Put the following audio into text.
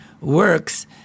works